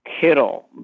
Kittle